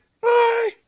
bye